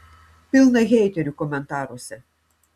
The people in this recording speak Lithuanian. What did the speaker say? pilna heiterių komentaruose